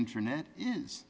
internet is